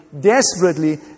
desperately